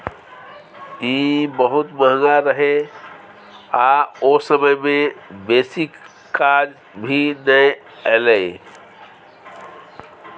ई बहुत महंगा रहे आ ओ समय में बेसी काज भी नै एले